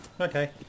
Okay